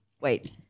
Wait